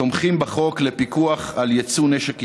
התומכים בחוק לפיקוח על יצוא נשק ישראלי.